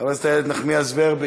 חברת הכנסת איילת נחמיאס ורבין,